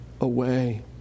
away